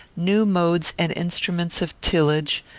new modes and instruments of tillage,